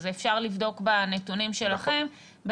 אפשר לבדוק בנתונים שלכם.